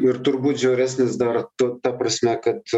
ir turbūt žiauresnis dar tu ta prasme kad